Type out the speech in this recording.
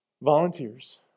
Volunteers